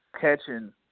catching